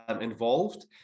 involved